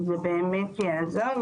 זה באמת יעזור,